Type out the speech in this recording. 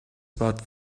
about